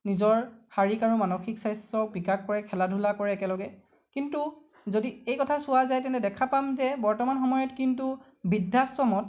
নিজৰ শাৰীৰিক আৰু মানসিক স্বাস্থ্যৰ বিকাশ কৰে খেলা ধূলা কৰে একেলগে কিন্তু যদি এই কথা চোৱা যায় তেনে দেখা পাম যে বৰ্তমান সময়ত কিন্তু বৃদ্ধাশ্ৰমত